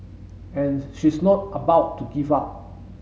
and she's not about to give up